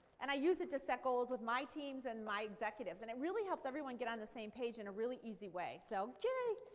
and i use it to set goals with my teams and my executives. and it really helps everyone get on the same page in a really easy way. so, yea,